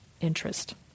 interest